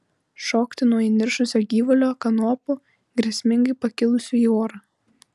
šokti nuo įniršusio gyvulio kanopų grėsmingai pakilusių į orą